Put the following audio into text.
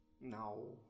No